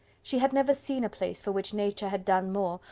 she had never seen a place for which nature had done more,